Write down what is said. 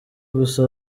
gusa